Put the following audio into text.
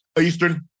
Eastern